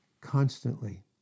constantly